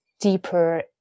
deeper